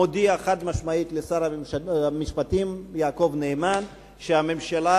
מודיע חד-משמעית לשר המשפטים יעקב נאמן שהממשלה